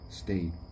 state